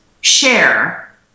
share